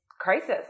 crisis